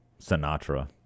Sinatra